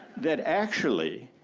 that actually